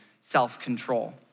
self-control